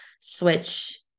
switch